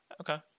Okay